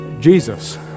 Jesus